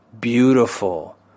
beautiful